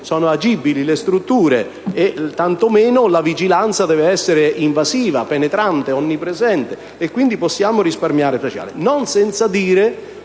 sono agibili le strutture, tanto meno la vigilanza deve essere invasiva, penetrante e onnipresente e, quindi, possiamo risparmiare personale. Bisogna poi dire